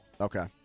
Okay